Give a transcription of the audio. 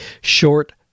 short